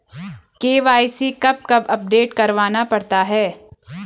KYC कब कब update करवाना पड़ता है?